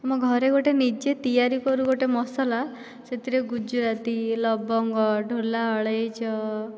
ଆମ ଘରେ ଗୋଟିଏ ନିଜେ ତିଆରି କରୁ ଗୋଟିଏ ମସଲା ସେଥିରେ ଗୁଜରାତି ଲବଙ୍ଗ ଢୋଲା ଅଳେଇଚ